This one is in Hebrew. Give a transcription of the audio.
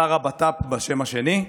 שר הבט"פ בשם השני,